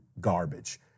garbage